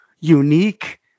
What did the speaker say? unique